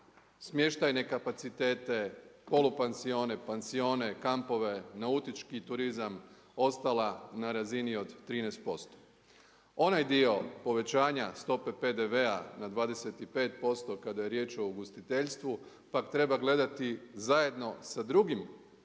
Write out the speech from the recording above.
smještajne kapaciteta, polupansione, pansione, kampove, nautički turizam ostala na razini od 13%. Onaj dio povećanja stope PDV-a na 25% kada je riječ o ugostiteljstvu pak treba gledati zajedno sa drugim